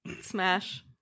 Smash